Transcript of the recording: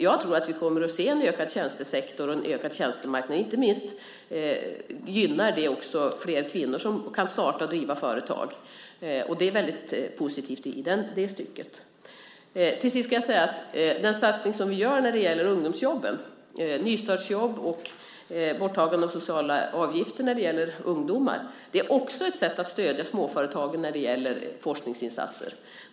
Jag tror att vi kommer att se en ökad tjänstesektor och en ökad tjänstemarknad, och det är något som inte minst gynnar kvinnor och ger dem möjlighet att starta och driva företag. Det är väldigt positivt i det stycket. Till sist ska jag säga att den satsning som vi gör när det gäller ungdomsjobben, det vill säga nystartsjobb och borttagande av sociala avgifter för ungdomar, också är ett sätt att stödja småföretagen när det gäller forskningsinsatser.